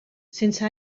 sense